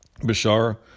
Bashar